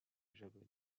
japonais